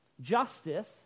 justice